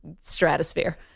stratosphere